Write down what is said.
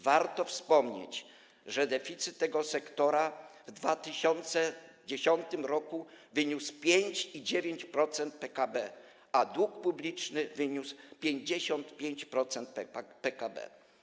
Warto wspomnieć, że deficyt tego sektora w 2010 r. wyniósł 5,9% PKB, a dług publiczny wyniósł 55% PKB.